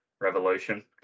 revolution